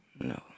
No